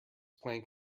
plank